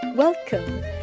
Welcome